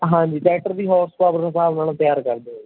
ਹਾਂਜੀ ਟਰੈਕਟਰ ਦੀ ਹੋਰਸਪਾਵਰ ਦੇ ਹਿਸਾਬ ਨਾਲ ਤਿਆਰ ਕਰਦੇ ਹੈ ਜੀ